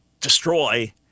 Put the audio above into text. destroy